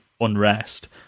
unrest